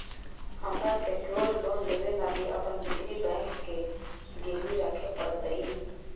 हमरा secured loan लेबे लागी अपन डिग्री बैंक के गिरवी रखे पड़तई